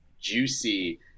juicy